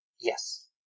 Yes